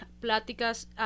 pláticas